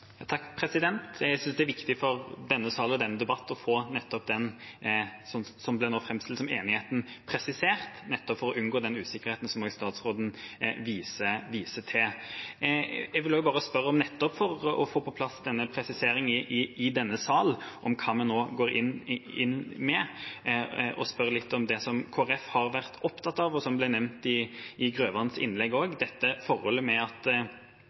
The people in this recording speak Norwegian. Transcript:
Jeg synes det er viktig for denne sal og for denne debatten å få nettopp det som nå er framstilt som enigheten, presisert, nettopp for å unngå den usikkerheten som også statsråden viser til. Jeg vil bare spørre, nettopp for å få på plass en presisering i denne sal av hva vi nå går inn med, om det som Kristelig Folkeparti har vært opptatt av, og som også ble nevnt i representanten Grøvans innlegg, at det nå er rektorene som bestemmer om en skal ha en skolegudstjeneste, men at det er kirkene som inviterer. Jeg tenker at